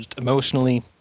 emotionally